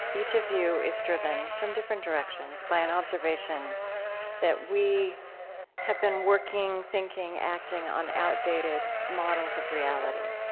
each of you is driven from different directions by an observation that we have been working, thinking, acting on outdated models of reality,